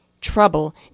Trouble